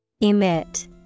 Emit